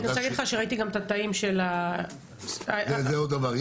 אני רוצה להגיד לך שראיתי את התאים של --- זה עוד דבר.